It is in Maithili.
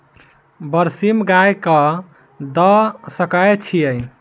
बरसीम गाय कऽ दऽ सकय छीयै?